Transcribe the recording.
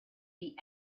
the